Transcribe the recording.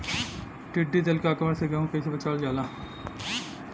टिडी दल के आक्रमण से गेहूँ के कइसे बचावल जाला?